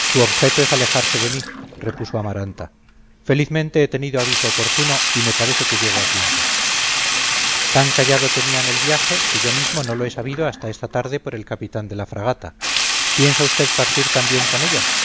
su objeto es alejarse de mí repuso amaranta felizmente he tenido aviso oportuno y me parece que llego a tiempo tan callado tenían el viaje que yo mismo no lo he sabido hasta esta tarde por el capitán de la fragata piensa usted partir también con ellas